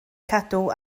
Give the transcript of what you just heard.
cadw